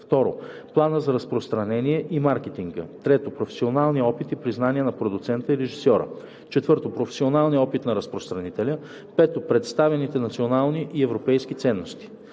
2. плана за разпространение и маркетинга; 3. професионалния опит и признание на продуцента и режисьора; 4. професионалния опит на разпространителя; 5. представените национални и европейски ценности.